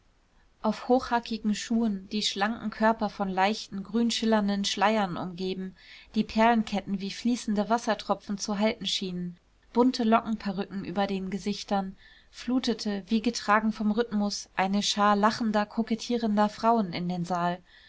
auf hochhackigen schuhen die schlanken körper von leichten grünschillernden schleiern umgeben die perlenketten wie fließende wassertropfen zu halten schienen bunte lockenperücken über den gesichtern flutete wie getragen vom rhythmus eine schar lachender kokettierender frauen in den saal